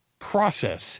process